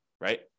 right